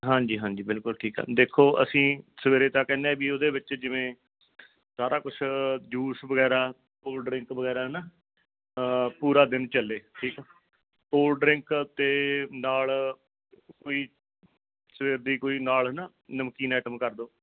ਹਾਂਜੀ ਹਾਂਜੀ ਬਿਲਕੁਲ ਠੀਕ ਹੈ ਦੇਖੋ ਅਸੀਂ ਸਵੇਰੇ ਤਾਂ ਕਹਿੰਦੇ ਹਾਂ ਵੀ ਉਹਦੇ ਵਿੱਚ ਜਿਵੇਂ ਸਾਰਾ ਕੁਝ ਜੂਸ ਵਗੈਰਾ ਕੋਲ ਡਰਿੰਕ ਵਗੈਰਾ ਨਾ ਪੂਰਾ ਦਿਨ ਚੱਲੇ ਠੀਕ ਆ ਕੋਲ ਡਰਿੰਕ ਅਤੇ ਨਾਲ ਕੋਈ ਸਵੇਰੇ ਦੀ ਕੋਈ ਨਾਲ ਨਾ ਨਮਕੀਨ ਆਈਟਮ ਕਰ ਦਿਓ